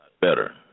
better